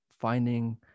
finding